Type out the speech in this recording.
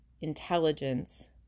intelligence